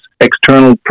external